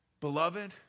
beloved